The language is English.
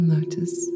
Notice